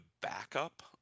backup